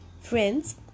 friends